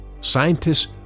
scientists